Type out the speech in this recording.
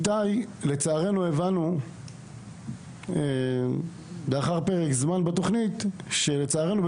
לצערנו הבנו לאחר פרק זמן מסוים בתוכנית שניתאי,